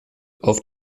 auf